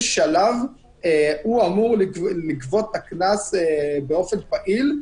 שלב הוא אמור לגבות את הקנס באופן פעיל,